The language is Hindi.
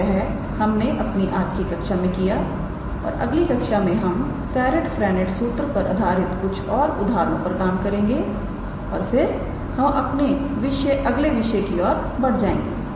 तो यह हमने अपनी आज की कक्षा में किया और अगली कक्षा में हम सेरिट फ्रेंनेट सूत्र पर आधारित कुछ और उदाहरण पर काम करेंगे और फिर हम अपने अगले विषय की ओर बढ़ जाएंगे